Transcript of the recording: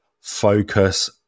focus